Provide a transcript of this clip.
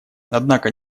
однако